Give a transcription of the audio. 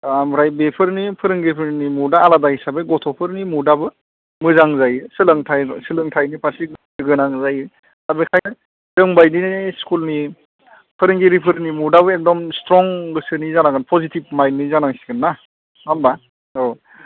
ओमफ्राय बेफोरनि फोरोंगिरिफोरनि मुदआ आलादा हिसाबै गथ'फोरनि मुदआबो मोजां जायो सोलोंथायनि फारसे गोसो गोनां जायो दा बेखायनो जोंबायदि स्खुलनि फोरोंगिरिफोरनि मुदआबो एग्दम स्ट्रं गोसोनि जानांगोन पजिथिभ माइन्डनि जानांसिगोनना नङा होनबा औ